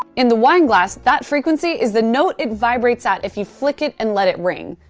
in the wine glass, that frequency is the note it vibrates out if you flick it and let it ring.